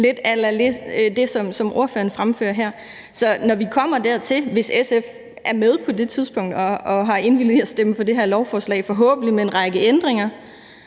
lidt a la det, ordføreren fremfører her. Så når vi kommer dertil, og hvis SF er med på det tidspunkt og har indvilget i at stemme for det her lovforslag – forhåbentlig med en række ændringer